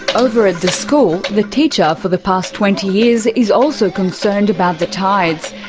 over at the school, the teacher for the past twenty years is also concerned about the tides.